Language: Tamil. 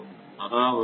அதாவது 0